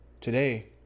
Today